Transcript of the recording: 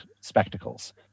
spectacles